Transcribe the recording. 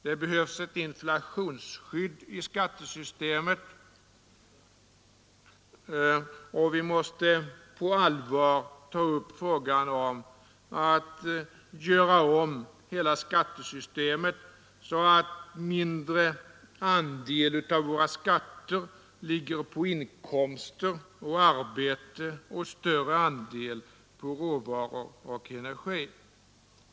Det behövs ett inflationsskydd i skattesystemet, och vi måste på allvar ta upp frågan om att göra om hela skattesystemet så att mindre andel av våra skatter ligger på inkomster och arbete och större andel på råvaror och energi.